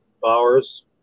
Bowers